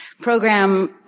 program